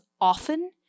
often